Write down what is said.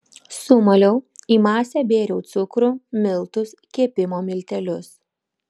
sumaliau į masę bėriau cukrų miltus kepimo miltelius